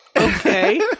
okay